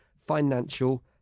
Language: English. financial